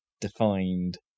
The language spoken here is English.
defined